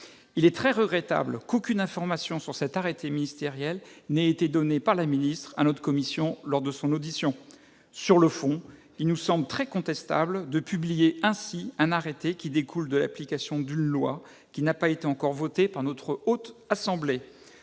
Il est très regrettable qu'aucune information sur cet arrêté ministériel n'ait été donnée par la ministre à notre commission lors de son audition. Sur le fond, il nous semble très contestable de publier ainsi un arrêté découlant de l'application d'une loi qui n'a pas encore été votée par notre Haute Assemblée.